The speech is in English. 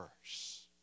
verse